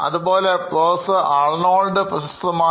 അതുപോലെ professor Arnold പ്രശസ്തമായി